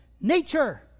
nature